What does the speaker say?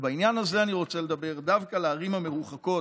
ובעניין הזה אני רוצה לדבר דווקא על הערים המרוחקות,